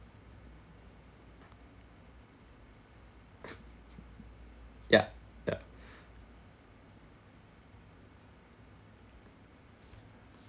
yup yup